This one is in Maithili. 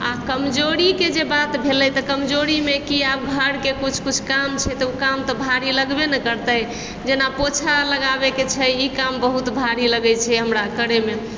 आओर कमजोरीके जे बात भेलै तऽ कमजोरीमे कि आब घरके किछु किछु काम छै तऽ ओ काम तऽ भारी लगबे ने करतै जेना पोछा लगाबैके छै ई काम बहुत भारी लागै छै हमरा करैमे